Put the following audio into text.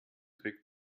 trick